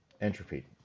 Entropy